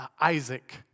Isaac